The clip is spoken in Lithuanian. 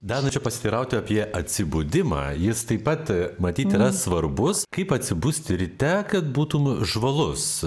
dar norėčiau pasiteirauti apie atsibudimą jis taip pat matyt yra svarbus kaip atsibusti ryte kad būtum žvalus